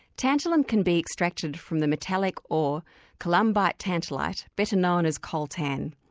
tantalum can be extracted from the metal like ore columbite-tantalite, better known as coltan.